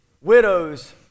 widows